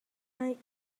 night